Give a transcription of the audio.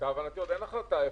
למיטב הבנתי, עוד אין החלטה איפה.